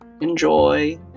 enjoy